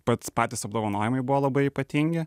pats patys apdovanojimai buvo labai ypatingi